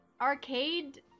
arcade